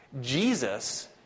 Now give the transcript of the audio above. Jesus